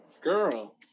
Girl